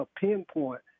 pinpoint